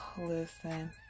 Listen